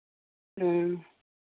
ᱦᱮᱸ